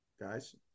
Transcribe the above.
Guys